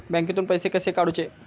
बँकेतून पैसे कसे काढूचे?